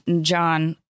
John